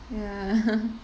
ya